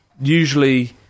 usually